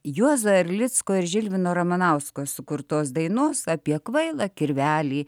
juozo erlicko ir žilvino ramanausko sukurtos dainos apie kvailą kirvelį